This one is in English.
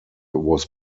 was